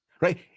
right